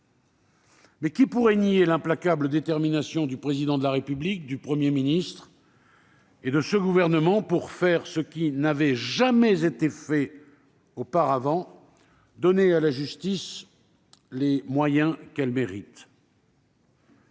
mais qui pourrait nier l'implacable détermination du Président de la République, du Premier ministre et de ce gouvernement pour faire ce qui n'avait jamais été fait auparavant, à savoir donner à la justice de notre pays les moyens qu'elle mérite ?